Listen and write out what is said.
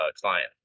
client